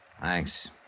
Thanks